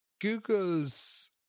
Google's